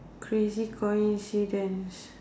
crazy coincidence